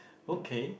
okay